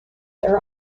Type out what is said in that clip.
are